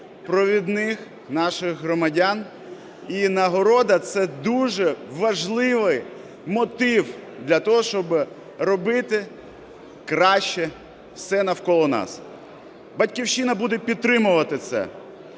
провідних наших громадян. І нагорода – це дуже важливий мотив для того, щоб робити краще все навколо нас. "Батьківщина" буде підтримувати це.